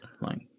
fine